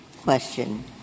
question